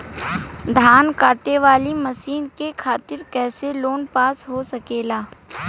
धान कांटेवाली मशीन के खातीर कैसे लोन पास हो सकेला?